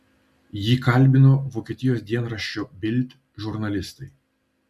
jį kalbino vokietijos dienraščio bild žurnalistai